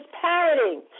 parroting